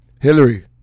Hillary